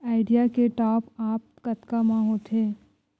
Idea के top आप कतका म होथे?